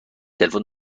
تلفن